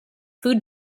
food